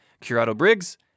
Curado-Briggs